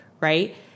right